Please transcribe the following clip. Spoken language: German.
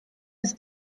ist